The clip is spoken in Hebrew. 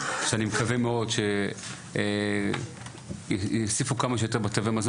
שאני מקווה מאוד שיוסיפו כמה שיותר תלושי מזון